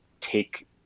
take